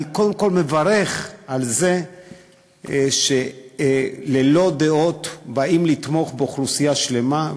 אני קודם כול מברך על זה שללא דעות באים לתמוך באוכלוסייה שלמה,